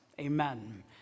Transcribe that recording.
Amen